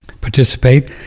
participate